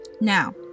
now